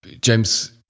James